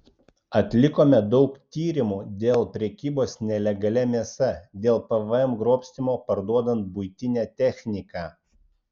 atlikome daug tyrimų dėl prekybos nelegalia mėsa dėl pvm grobstymo parduodant buitinę techniką